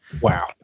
Wow